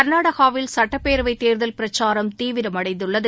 கர்நாடகாவில் சட்டப்பேரவைத் தேர்தல் பிரச்சாரம் தீவிரமடைந்துள்ளது